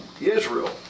Israel